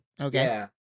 Okay